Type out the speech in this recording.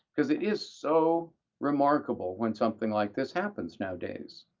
because it is so remarkable when something like this happens nowadays.